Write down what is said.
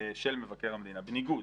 של מבקר המדינה, בניגוד